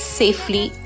safely